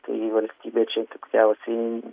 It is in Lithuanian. tai valstybė čia tikriausiai